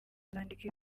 kuzandika